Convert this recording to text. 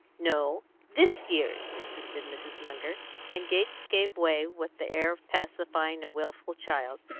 no this year's, insisted mrs. munger and gates gave way with the air of pacifying a wilful child,